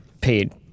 paid